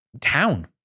town